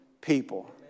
people